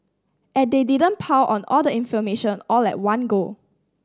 and they didn't pile on all the information all at one go